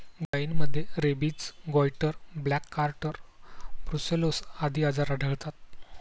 गायींमध्ये rabies, goitre, black quarter, brucellosis आदी आजार आढळतात